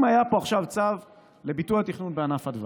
אם היה פה עכשיו צו לביטול התכנון בענף הדבש,